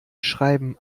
schreiben